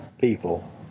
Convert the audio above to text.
people